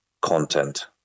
content